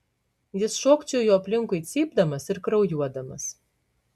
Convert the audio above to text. jis šokčiojo aplinkui cypdamas ir kraujuodamas